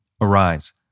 arise